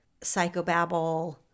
psychobabble